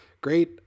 great